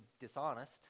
dishonest